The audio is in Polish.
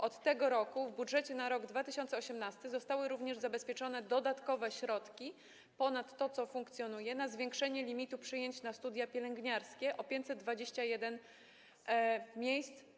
Od tego roku w budżecie na rok 2018 zostały również zabezpieczone dodatkowe środki ponad to, co funkcjonuje, na zwiększenie limitu przyjęć na studia pielęgniarskie o 521 miejsc.